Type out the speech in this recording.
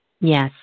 Yes